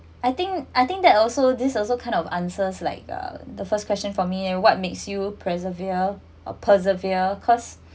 I think I think that also this also kind of answers like uh the first question for me and what makes you persevere or persevere cause